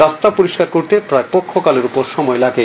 রাস্তা পরিষ্কার করতে প্রায় পক্ষকালের উপর সময় লাগে